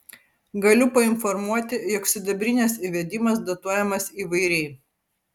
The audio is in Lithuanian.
galiu painformuoti jog sidabrinės įvedimas datuojamas įvairiai